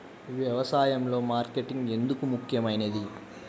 వ్యసాయంలో మార్కెటింగ్ ఎందుకు ముఖ్యమైనది?